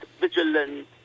vigilant